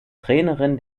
trainerin